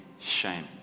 shame